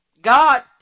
God